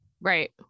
Right